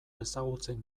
ezagutzen